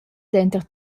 denter